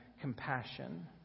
compassion